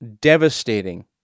devastating